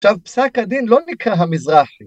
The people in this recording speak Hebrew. עכשיו פסק הדין לא נקרא המזרחי